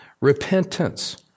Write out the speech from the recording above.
repentance